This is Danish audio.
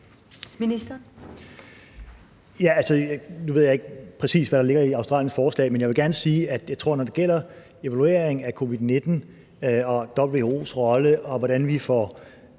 Nu ved jeg ikke præcis, hvad der ligger i Australien forslag, men jeg vil gerne sige, når det gælder en evaluering af covid-19 og WHO's rolle, og hvordan vi får